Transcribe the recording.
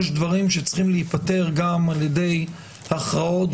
יש דברים שצריכים להיפטר גם על-ידי הכרעות,